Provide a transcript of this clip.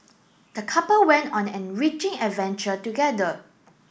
the couple went on enriching adventure together